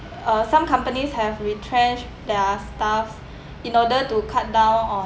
uh some companies have retrench their staff in order to cut down on